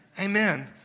Amen